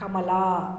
कमला